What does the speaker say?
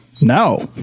No